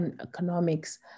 economics